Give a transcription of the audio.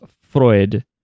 Freud